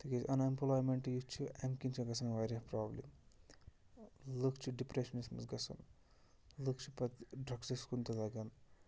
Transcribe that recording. تِکیٛازِ unemployment یُس چھِ اَمہِ کِنہِ چھےٚ گژھان واریاہ پرٛابلِم لُکھ چھِ ڈِپرٛٮ۪شنَس منٛز گژھان لُکھ چھِ پَتہٕ ڈرٛگسَس کُن تہِ لَگان